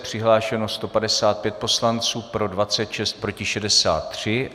Přihlášeno 155 poslanců, pro 26, proti 63.